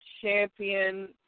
champion